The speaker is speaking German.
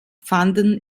fanden